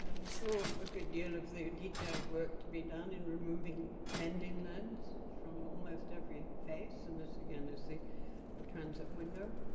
and we saw a good deal of the detailed work to be done in removing mending leads from almost every face. and this, again, is the transept window.